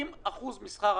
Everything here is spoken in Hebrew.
ממש ראיתי.